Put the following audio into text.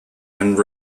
and